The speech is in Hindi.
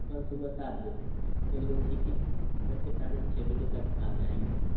कल सुबह सात बजे चलिए ठीक है घर पर साढ़े छ बजे तक आ जाएँगे